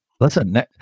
Listen